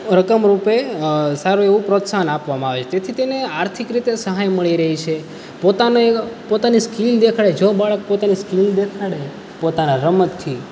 રકમ રૂપે સારું એવું પ્રોત્સાહન આપવામાં આવે તેથી તેને આર્થિક રીતે સહાય મળી રહે છે પોતાની પોતાની સ્કિલ દેખાડે જો બાળક પોતાની સ્કિલ દેખાડે પોતાના રમતથી